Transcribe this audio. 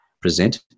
present